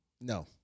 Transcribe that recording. no